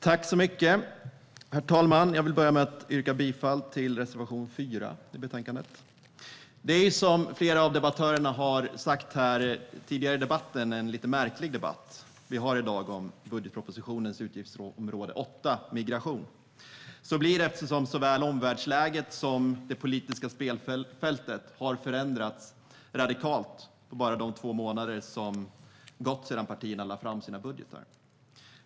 Herr talman! Jag vill börja med att yrka bifall till reservation 4 i betänkandet. Som flera av debattörerna har sagt här tidigare är detta en lite märklig debatt om budgetpropositionens utgiftsområde 8, Migration. Såväl omvärldsläget som det politiska spelfältet har förändrats radikalt bara under de två månader som har gått sedan partierna lade fram sina budgetar.